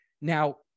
Now